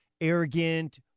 arrogant